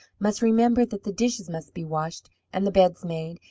must remember that the dishes must be washed and the beds made,